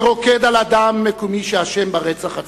כרוקד על הדם וכמי שאשם ברצח עצמו.